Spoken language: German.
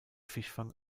fischfang